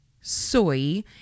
soy